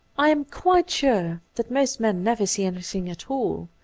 i am quite sure that most men never see anything at all.